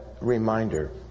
reminder